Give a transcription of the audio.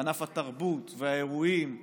וענף התרבות והאירועים והמסעדות.